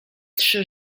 trzy